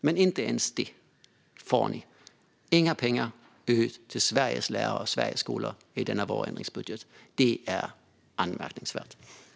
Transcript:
Men inte ens det får ni. Det går inte några pengar till Sveriges lärare och skolor i denna vårändringsbudget. Det är anmärkningsvärt.